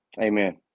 Amen